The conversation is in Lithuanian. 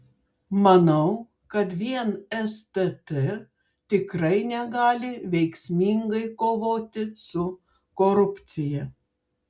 manau kad vien stt tikrai negali veiksmingai kovoti su korupcija